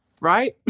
right